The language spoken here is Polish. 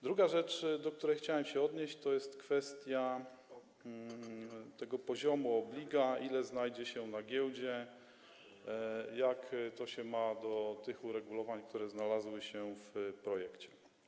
Druga rzecz, do której chciałem się odnieść, to jest kwestia poziomu obliga, ile znajdzie się na giełdzie, jak to się ma do tych uregulowań, które znalazły się w projekcie.